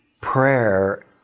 prayer